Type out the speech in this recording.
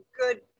good